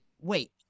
wait